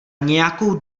nějakou